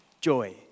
Joy